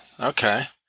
Okay